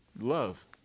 love